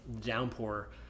Downpour